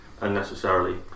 unnecessarily